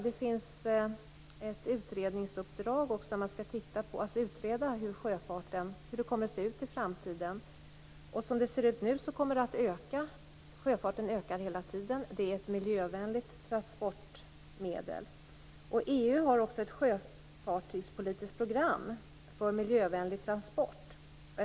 Det finns ett utredningsuppdrag för att utreda hur sjöfarten kommer att se ut i framtiden. Det ser ut i dag som att den kommer att öka. Det är ett miljövänligt transportmedel. EU har ett sjöfartspolitiskt program för miljövänliga transporter.